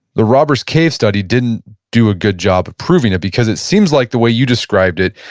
the robbers cave study didn't do a good job of proving it because it seems like, the way you described it,